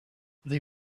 they